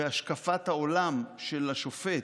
והשקפת העולם של השופט,